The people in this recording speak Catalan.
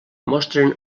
mostren